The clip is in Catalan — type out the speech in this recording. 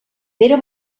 pere